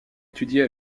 étudier